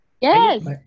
Yes